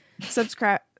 Subscribe